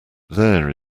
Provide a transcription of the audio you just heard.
there